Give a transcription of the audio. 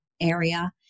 area